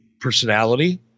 personality